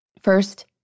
First